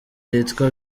yitwa